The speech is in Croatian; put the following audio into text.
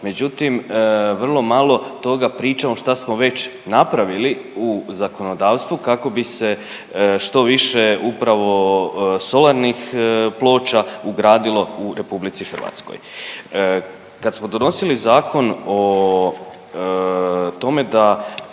međutim, vrlo malo toga pričamo šta smo već napravili u zakonodavstvu kako bi se što više upravo solarnih ploča ugradilo u RH. Kad smo donosili zakon o tome da